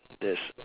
that's